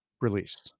release